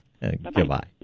goodbye